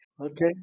Okay